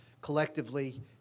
collectively